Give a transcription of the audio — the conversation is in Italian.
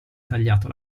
tagliato